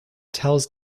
tells